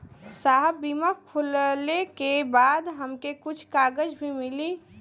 साहब बीमा खुलले के बाद हमके कुछ कागज भी मिली?